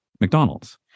McDonald's